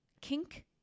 kink